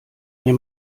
mir